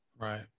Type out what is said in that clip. Right